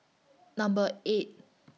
Number eight